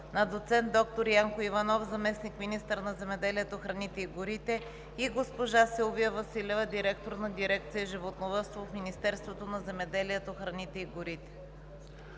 на доцент доктор Янко Иванов – заместник-министър на земеделието, храните и горите, и госпожа Силвия Василева – директор на дирекция „Животновъдство“ в Министерството на земеделието, храните и горите.